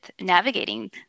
navigating